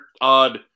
odd